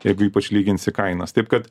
jeigu ypač lyginsi kainas taip kad